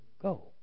go